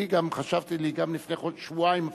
אני גם חשבתי לי, גם לפני שבועיים אפילו,